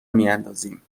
میاندازیم